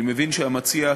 אני מבין שהמציע,